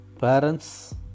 parents